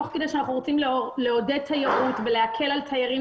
תוך כדי שאנחנו רוצים לעודד תיירות ולהקל על תיירות